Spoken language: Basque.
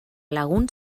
lagun